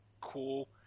cool